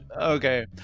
Okay